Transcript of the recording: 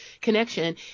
connection